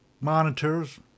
monitors